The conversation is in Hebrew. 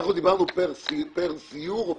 דיברנו פר סיור או פר טיול,